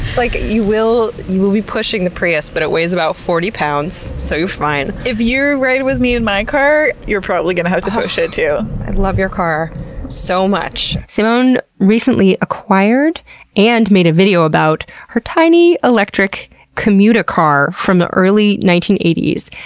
like you will you will be pushing the prius, but it weighs about forty pounds. so, you're fine. if you're riding with me in my car, you're probably gonna have to push it to. i and love your car so much. simone recently acquired and made a video about her tiny electric comuta car from the early nineteen eighty s.